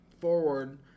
forward